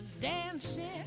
dancing